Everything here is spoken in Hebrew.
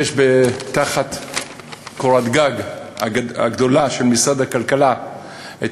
יש תחת קורת הגג הגדולה של משרד הכלכלה את